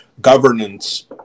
governance